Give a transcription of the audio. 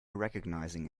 recognizing